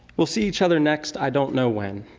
we'll see each other next i don't know when.